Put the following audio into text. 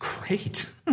Great